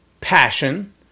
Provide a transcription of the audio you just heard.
passion